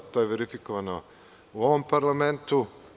To je verifikovano u ovom parlamentu.